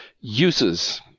uses –